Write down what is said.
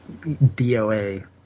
doa